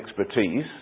expertise